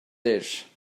dish